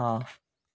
ହଁ